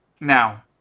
Now